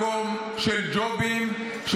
ושרק יהפכו את הרבנות למקום של ג'ובים,